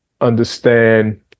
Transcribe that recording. understand